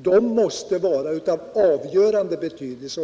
föranleder måste vara av avgörande betydelse.